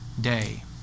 day